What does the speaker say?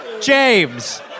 James